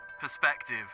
perspective